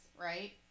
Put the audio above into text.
right